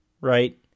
Right